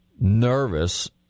nervous